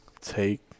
take